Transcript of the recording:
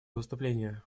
выступления